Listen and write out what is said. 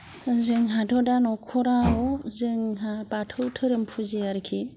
जोंहाथ' दा न'खराव जोंहा बाथौ धोरोम फुजियो आरोखि